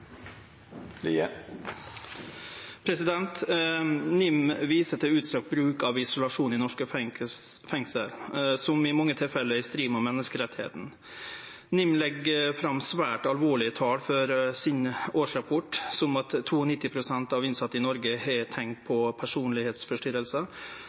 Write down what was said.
NIM viser til utstrekt bruk av isolasjon i norske fengsel som i mange tilfelle er i strid med menneskerettane. NIM legg fram svært alvorlege tal frå årsrapporten sin, som at 92 pst. av innsette i Noreg har